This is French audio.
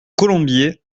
colombier